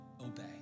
obey